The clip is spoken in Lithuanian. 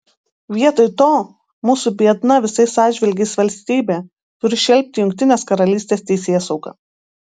vietoj to mūsų biedna visais atžvilgiais valstybė turi šelpti jungtinės karalystės teisėsaugą